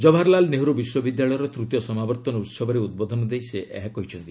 ଜବାହରଲାଲ୍ ନେହେରୁ ବିଶ୍ୱବିଦ୍ୟାଳୟର ତୃତୀୟ ସମାବର୍ତ୍ତମାନ ଉତ୍ସବରେ ଉଦ୍ବୋଧନ ଦେଇ ସେ ଏହା କହିଛନ୍ତି